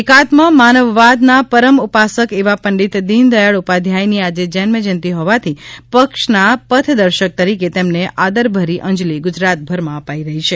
એકાત્મ માનવવાદના પરમ ઉપાસક એવા પંડિત દિનદયાળ ઉપાધ્યાયની આજે જન્મજયંતિ હોવાથી પક્ષના પથદર્શક તરીકે તેમને આદરભરી અંજલી ગુજરાતભરમાં અપાઇ રહી છે